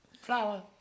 flour